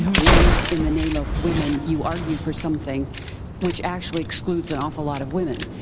when, in the name of women, you argue for something which actually excludes an awful lot of women,